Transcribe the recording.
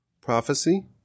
prophecy